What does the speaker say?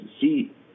see